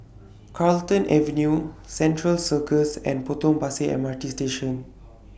Carlton Avenue Central Circus and Potong Pasir M R T Station